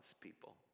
people